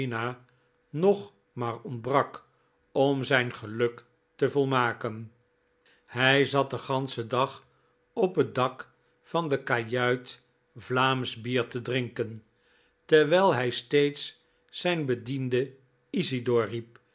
nog maar ontbrak om zijn geluk te volmaken hij zat den ganschen dag op het dak van de kajuit vlaamsch bier te drinken terwijl hij steeds zijn bediende isidor